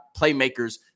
playmakers